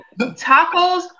Tacos